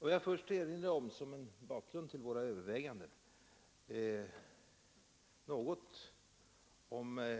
Jag vill först, som en bakgrund till våra överväganden, erinra något om